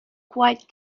quite